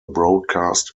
broadcast